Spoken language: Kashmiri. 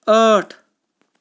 ٲٹھ